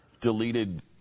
deleted